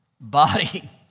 body